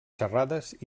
xerrades